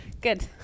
good